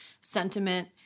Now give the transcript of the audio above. sentiment –